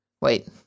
Wait